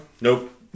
Nope